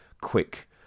quick